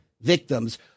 victims